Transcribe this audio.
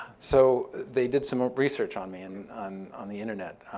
so they did some ah research on me and on on the internet.